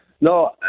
No